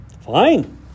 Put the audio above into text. Fine